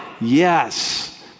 Yes